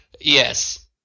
yes